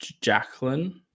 Jacqueline